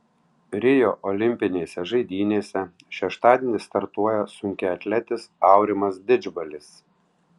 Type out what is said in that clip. rio olimpinėse žaidynėse šeštadienį startuoja sunkiaatletis aurimas didžbalis